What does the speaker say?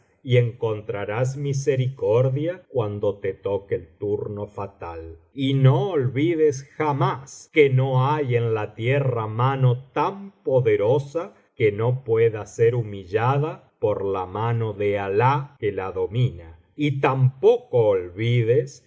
y encontrarás misericordia cuando te toque el turno fatal y no olvides jamás que no hay en la tierra mano tan poderosa que no pueda ser humillada por la mano de alah que la domina y tampoco olvides